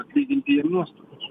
atlyginti jiem nuostolius